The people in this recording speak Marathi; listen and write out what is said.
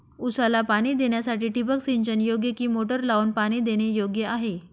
ऊसाला पाणी देण्यासाठी ठिबक सिंचन योग्य कि मोटर लावून पाणी देणे योग्य आहे?